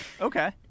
Okay